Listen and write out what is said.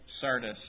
Sardis